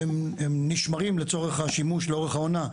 שהם נשמרים לאורך העונה,